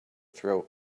throat